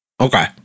Okay